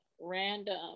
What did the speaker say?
Random